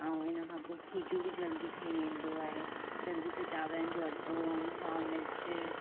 ऐं हिन खां पोइ खीचू बि जल्दी ठही वेंदो आहे जल्दी सां चांवरनि जो अटो ऐं साओ मिर्च